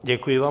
Děkuji vám.